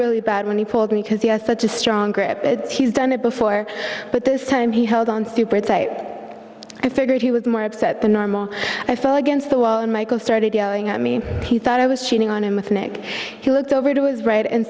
really bad when he pulled me because he has such a strong grip it's he's done it before but this time he held on stupid say i figured he was more upset than normal i fell against the wall and michael started yelling at me he thought i was cheating on him with nick he looked over to his right and